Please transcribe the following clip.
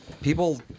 people